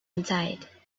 inside